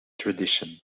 tradition